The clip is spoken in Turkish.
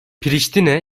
priştine